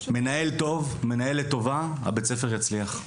מנהל טוב, מנהלת טובה בית הספר יצליח.